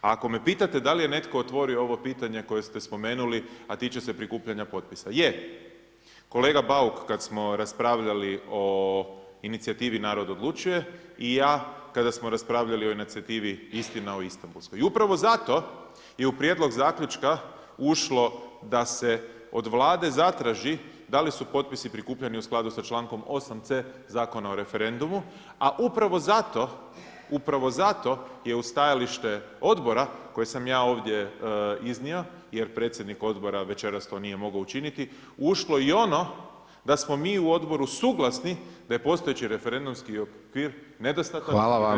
Ako me pitate da li je netko otvorio ovo pitanje koje ste spomenuli a tiče se prikupljanja potpisa, je, kolega Bauk, kad smo raspravljali o inicijativi Narod odlučuje i ja, kada smo raspravljali o inicijativa Istina o Istabulskoj i upravo zato je u prijedlogu zaključka ušlo da se od Vlade zatraži da li su potpisi prikupljani u skladu sa člankom 8. c Zakona o referendumu a upravo zato je uz stajalište odbora koje sam ja ovdje iznio jer predsjednik odbora večeras to nije mogao učiniti, ušlo i ono da smo mi u odboru suglasni da je postojeći referendumski okvir nedostatan i treba ga popraviti.